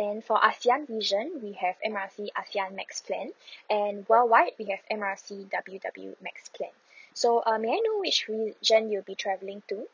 then for ASEAN region we have M R C ASEAN max plan and worldwide we have M R C W W max plan so uh may I know which region you'll be travelling to